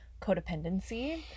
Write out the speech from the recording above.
codependency